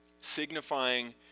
signifying